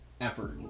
effort